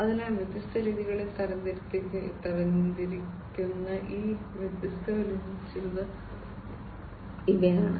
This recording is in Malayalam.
അതിനാൽ വ്യത്യസ്ത രീതികളിൽ തരംതിരിക്കുന്ന ഈ വ്യത്യസ്ത വെല്ലുവിളികളിൽ ചിലത് ഇവയാണ്